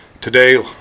today